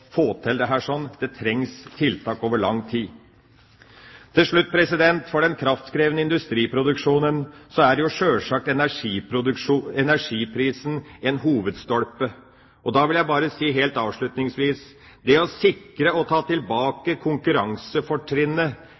det trengs tiltak over lang tid. Til slutt vil jeg si at for den kraftkrevende industriproduksjonen er sjølsagt energiprisen en hovedstolpe. Det å sikre og ta tilbake konkurransefortrinnet med elektrisk kraft til foredling er en av de største oppgavene våre. Vi har mulighet til å